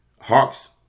Hawks